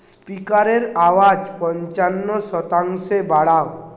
স্পিকারের আওয়াজ পঞ্চান্ন শতাংশে বাড়াও